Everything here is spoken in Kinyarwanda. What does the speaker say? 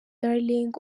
darling